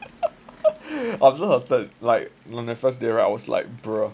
observed after like on the first day I was like bro